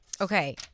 Okay